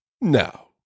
no